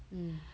mm